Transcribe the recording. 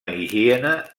higiene